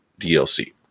DLC